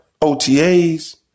OTAs